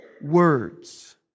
words